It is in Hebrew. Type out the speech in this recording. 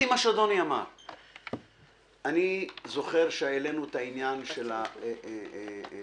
אני זוכר שהעלינו את העניין של הטכוגרף.